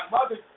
Mother